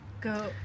Go